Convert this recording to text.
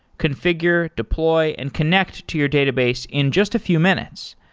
confi gure, deploy and connect to your database in just a few minutes.